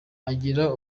ugira